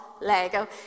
Lego